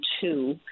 two